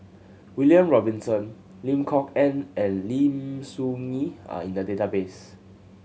William Robinson Lim Kok Ann and Lim Soo Ngee are in the database